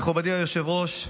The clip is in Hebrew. מכובדי היושב-ראש,